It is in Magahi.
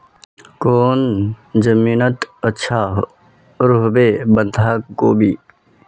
कौन जमीन टत अच्छा रोहबे बंधाकोबी?